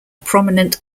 prominent